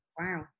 Wow